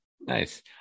Nice